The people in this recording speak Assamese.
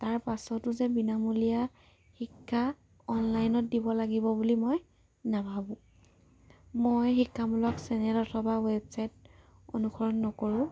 তাৰ পাছতো যে বিনামূলীয়া শিক্ষা অনলাইনত দিব লাগিব বুলি মই নাভাবোঁ মই শিক্ষামূলক চেনেল অথবা ৱেবছাইট অনুসৰণ নকৰোঁ